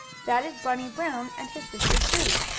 that is bunny brown and his sister sue.